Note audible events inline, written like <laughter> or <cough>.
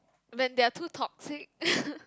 when they are too toxic <laughs>